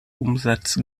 umsatz